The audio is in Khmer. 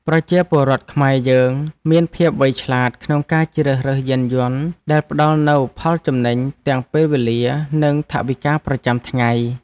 ប្រជាពលរដ្ឋខ្មែរយើងមានភាពវៃឆ្លាតក្នុងការជ្រើសរើសយានយន្តដែលផ្តល់នូវផលចំណេញទាំងពេលវេលានិងថវិកាប្រចាំថ្ងៃ។